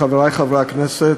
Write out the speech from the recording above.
חברי חברי הכנסת,